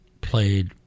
played